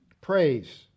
Praise